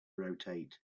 rotate